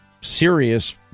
serious